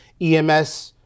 EMS